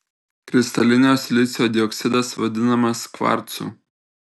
kristalinio silicio dioksidas vadinamas kvarcu